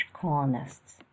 colonists